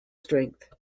strength